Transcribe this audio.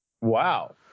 Wow